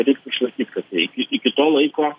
reiktų sakyt kad iki to laiko